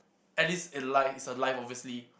Alice is alive obviously